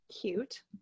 Cute